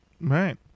Right